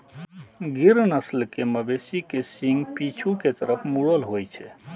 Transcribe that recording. गिर नस्ल के मवेशी के सींग पीछू के तरफ मुड़ल होइ छै